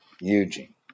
Eugene